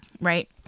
Right